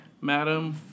Madam